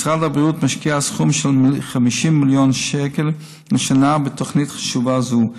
משרד הבריאות משקיע סכום של 50 מיליון שקל לשנה בתוכנית חשובה זו.